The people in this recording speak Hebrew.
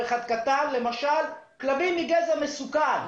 היום בכלבים מגזע מסוכן.